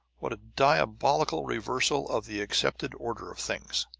what a diabolical reversal of the accepted order of things!